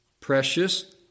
Precious